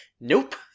nope